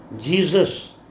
Jesus